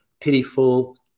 pitiful